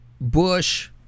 Bush